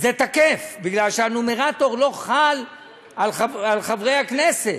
זה תקף, בגלל שהנומרטור לא חל על חברי הכנסת.